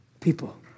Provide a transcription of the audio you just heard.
People